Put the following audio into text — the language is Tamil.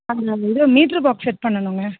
மேம் நான் வந்து மீட்ரு பாக்ஸ் செட் பண்ணணுங்க